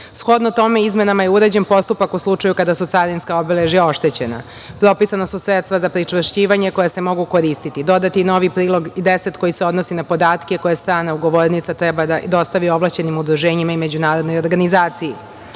tome, izmenama je uređen postupak u slučaju kada su carinska obeležja oštećena. Propisana su sredstva za pričvršćivanje koja se mogu koristiti. Dodat je i novi prilog 10. koji se odnosi na podatke koje strana ugovornica treba da dostavi ovlašćenim udruženjima i međunarodnoj organizaciji.